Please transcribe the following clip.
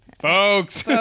Folks